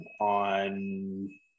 on